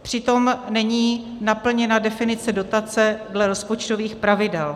Přitom není naplněna definice dotace dle rozpočtových pravidel.